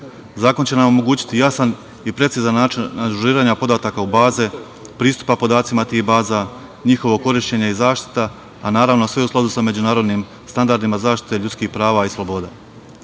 Zakon će nam omogućiti jasan i precizan način ažuriranja podataka u baze, pristupa podacima tih baza, njihovog korišćenja i zaštita, a naravno sve u skladu sa međunarodnim standardima zaštite ljudskih prava i sloboda. Državni